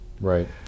right